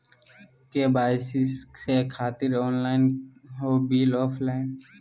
KYC से खातिर online हो बिल ऑफलाइन?